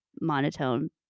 monotone